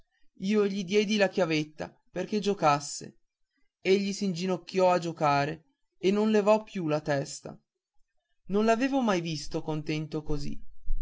io gli diedi la chiavetta perché giocasse egli s'inginocchiò a giocare e non levò più la testa non l'avevo mai visto contento così